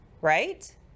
right